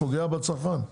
פוגע בצרכן.